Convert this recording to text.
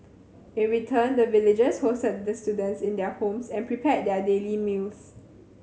in return the villagers hosted the students in their homes and prepared their daily meals